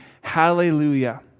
Hallelujah